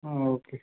okay